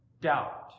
doubt